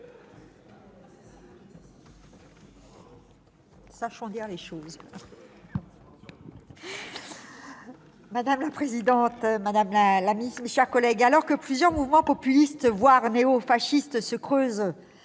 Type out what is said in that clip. Éliane Assassi. Madame la présidente, madame la ministre, mes chers collègues, alors que plusieurs mouvements populistes, voire néofascistes, creusent